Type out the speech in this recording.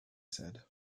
said